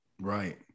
Right